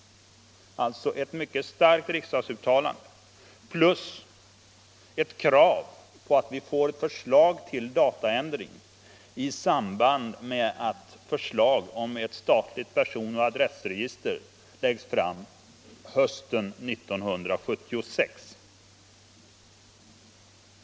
Vi kräver alltså ett mycket starkt riksdagsuttalande plus ett förslag till förändringar i datalagen i samband med att ett förslag om ett statligt person och adressregister läggs fram hösten 1976.